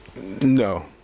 No